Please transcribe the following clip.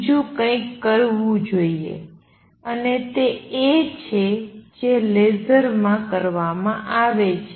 બીજું કંઇક કરવું જોઈએ અને તે એ છે જે લેસરમાં કરવામાં આવે છે